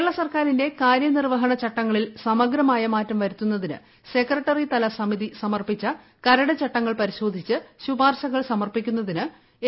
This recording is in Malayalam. കേരള സർക്കാരിന്റെ കാമൂന്പിർപ്പ്ഹണ ചട്ടങ്ങളിൽ സമഗ്രമായ മാറ്റം വരുത്തുന്നതിന് സെക്രിട്ടുകി ്തല സമിതി സമർപ്പിച്ച കരട് ചട്ടങ്ങൾ പരിശോധിച്ച് ശുപാർശകൾ സമർപ്പിക്കുന്നതിന് എ